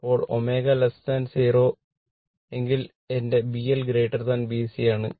ഇപ്പോൾ ω ω0 എങ്കിൽ എന്റെ B L B C ആണ്